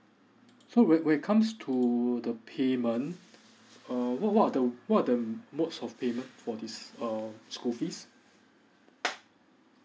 full where where it comes to the payment err what what are the what are the modes of payment for this uh school fees